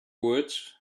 words